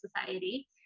society